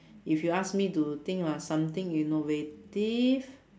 if you ask me to think of something innovative